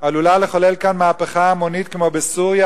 עלולה לחולל כאן מהפכה המונית כמו בסוריה,